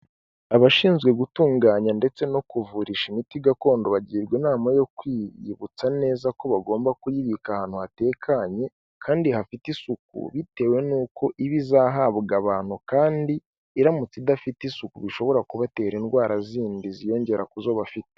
Abashinzwe gutunganya ndetse no kuvurisha imiti gakondo bagirwa inama yo kwiyibutsa neza ko bagomba kuyibika ahantu hatekanye kandi hafite isuku, bitewe n'uko iba izahabwa abantu kandi iramutse idafite isuku bishobora kubatera indwara zindi ziyongera ku zo bafite.